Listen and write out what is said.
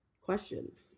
Questions